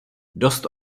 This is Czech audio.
dost